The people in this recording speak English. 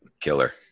Killer